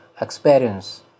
experience